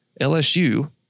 LSU